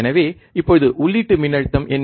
எனவே இப்போது உள்ளீட்டு மின்னழுத்தம் என்ன